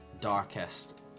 darkest